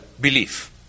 belief